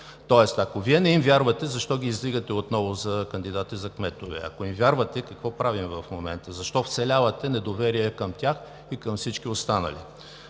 Тоест, ако Вие не им вярвате, защо ги издигате отново за кандидати за кметове? Ако им вярвате, какво правим в момента? Защо всявате недоверие към тях и към всички останали?